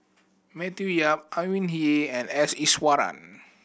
Matthew Yap Au Hing Yee and S Iswaran